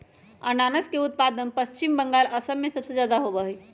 अनानस के उत्पादन पश्चिम बंगाल, असम में सबसे ज्यादा होबा हई